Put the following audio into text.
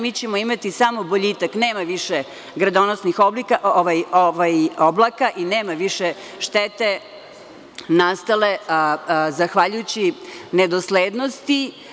Mi ćemo imati samo boljitak, nema više gradonosnih oblaka i nema više štete nastale zahvaljujući nedoslednosti.